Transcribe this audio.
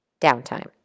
downtime